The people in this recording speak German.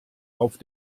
auf